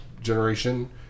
generation